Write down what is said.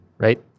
right